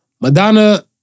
Madonna